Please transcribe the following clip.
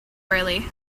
early